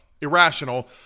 Irrational